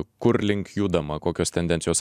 kur link judama kokios tendencijos